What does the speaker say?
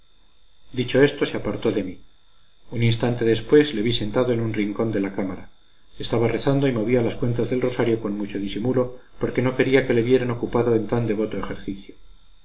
dicho esto se apartó de mí un instante después le vi sentado en un rincón de la cámara estaba rezando y movía las cuentas del rosario con mucho disimulo porque no quería que le vieran ocupado en tan devoto ejercicio